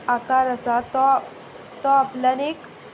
आकार आसा तो तो आपल्यान एक